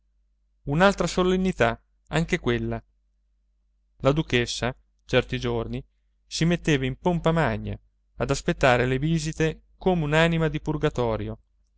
un'altra solennità anche quella la duchessa certi giorni si metteva in pompa magna ad aspettare le visite come un'anima di purgatorio